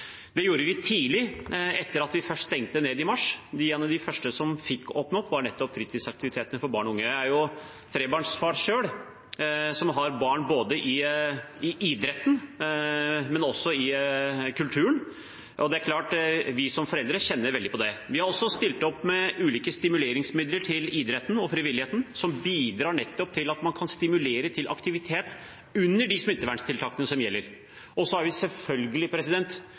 gjorde vi tidlig etter at vi stengte ned i mars i fjor. Noe av det første som fikk åpne opp, var nettopp fritidsaktiviteter for barn og unge. Jeg er selv trebarnsfar og har barn i både idretten og kulturen, og det er klart at vi som foreldre kjenner veldig på dette. Vi har også stilt opp med ulike stimuleringsmidler til idretten og frivilligheten, noe som bidrar til at man kan stimulere til aktivitet under de smitteverntiltakene som gjelder. Vi er i ukentlig dialog med Idrettsforbundet, også om dette, og vi skal selvfølgelig